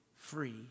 free